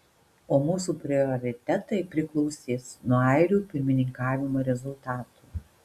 o mūsų prioritetai priklausys nuo airių pirmininkavimo rezultatų